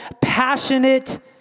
passionate